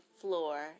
floor